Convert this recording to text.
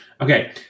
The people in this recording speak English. Okay